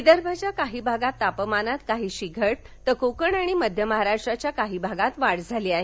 विदर्भाच्या काही भागात तापमानात काहीशी घट तर कोकण आणि मध्य महाराष्ट्राच्या काही भागात वाढ झाली आहे